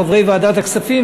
חברי ועדת הכספים,